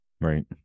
Right